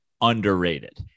underrated